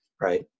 right